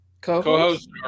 Co-host